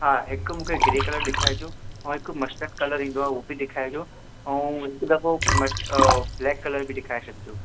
हा हिकु मूंखे ग्रे कलर ॾेखारिजो ऐं हिकु मस्टड कलर ईंदो आहे हू बि ॾेखारिजो ऐं हिकु दफ़ो मस्ट ब्लेक बि ॾेखारे छॾिजो